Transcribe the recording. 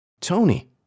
Tony